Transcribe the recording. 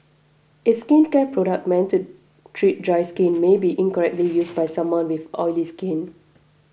a skincare product meant to treat dry skin may be incorrectly used by someone with oily skin